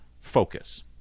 focus